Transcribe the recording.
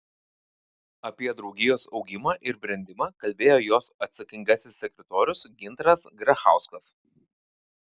apie draugijos augimą ir brendimą kalbėjo jos atsakingasis sekretorius gintaras grachauskas